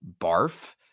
barf